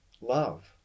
love